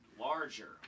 larger